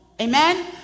amen